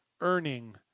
Earning